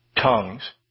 tongues